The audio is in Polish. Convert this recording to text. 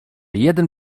jeden